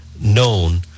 known